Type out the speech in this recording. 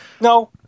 No